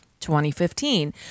2015